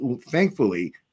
thankfully